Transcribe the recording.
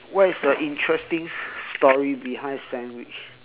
what is the interesting story behind sandwich